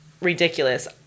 ridiculous